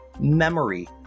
memory